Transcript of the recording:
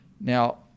Now